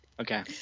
Okay